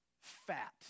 fat